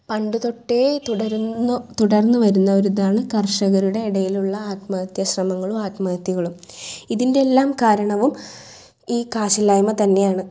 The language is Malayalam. പണ്ട് തൊട്ടേ തുടരുന്ന തുടർന്ന് വരുന്ന ഒരു ഇതാണ് കർഷകരുടെ ഇടയിലുള്ള ആത്മഹത്യാ ശ്രമങ്ങളും ആത്മഹത്യകളും ഇതിൻ്റെ എല്ലാം കാരണവും ഈ കാശില്ലായ്മ തന്നെയാണ്